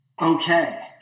Okay